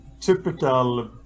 typical